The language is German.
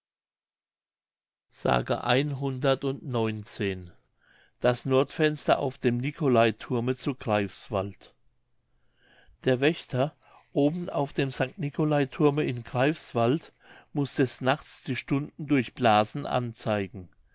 s das nordfenster auf dem nicolaithurme zu greifswald der wächter oben auf dem st nicolaithurme in greifswald muß des nachts die stunden durch blasen anzeigen